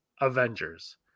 Avengers